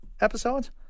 episodes